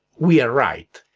we are right,